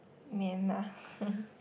Myanmar